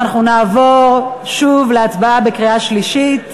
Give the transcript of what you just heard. אנחנו נעבור להצבעה בקריאה שלישית.